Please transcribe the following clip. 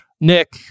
Nick